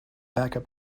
backup